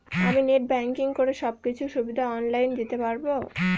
আমি net banking করে সব কিছু সুবিধা অন লাইন দিতে পারবো?